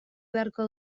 beharko